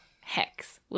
hex